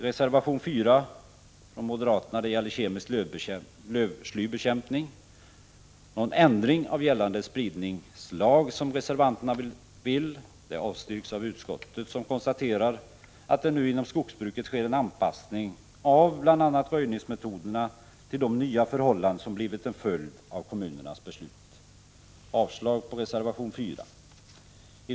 Reservation 4 från moderaterna gäller kemisk lövslybekämpning. En ändring av gällande spridningslag, som reservanterna vill ha, avstyrks av utskottet, som konstaterar att det nu inom skogsbruket sker en anpassning av bl.a. röjningsmetoderna till de nya förhållanden som blivit en följd av kommunernas beslut. Jag yrkar avslag på reservation 4.